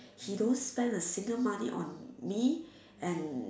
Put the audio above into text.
he don't spend a single money on me and